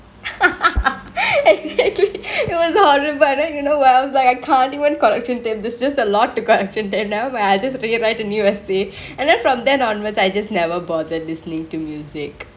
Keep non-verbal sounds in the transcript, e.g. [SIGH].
[LAUGHS] and then it was horrible and then you know but I can't even correction tape it's just alot to correction tape never mind I'll just rewrite a new essay and then from then onwards I just never bothered listeningk to music